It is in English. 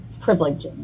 privilege